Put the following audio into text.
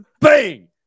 Bang